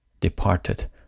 departed